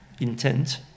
intent